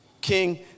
King